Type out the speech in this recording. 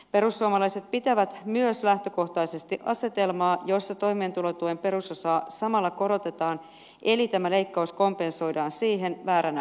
perussuomalaiset pitävät myös lähtökohtaisesti asetelmaa jossa toimeentulotuen perusosaa samalla korotetaan eli tämä leikkaus kompensoidaan siihen vääränä ratkaisuna